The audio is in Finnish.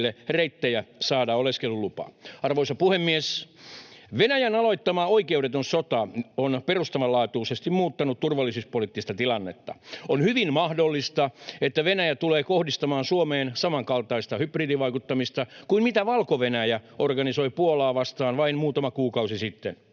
reittejä saada oleskelulupa. Arvoisa puhemies! Venäjän aloittama oikeudeton sota on perustavanlaatuisesti muuttanut turvallisuuspoliittista tilannetta. On hyvin mahdollista, että Venäjä tulee kohdistamaan Suomeen samankaltaista hybridivaikuttamista kuin mitä Valko-Venäjä organisoi Puolaa vastaan vain muutama kuukausi sitten.